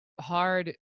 hard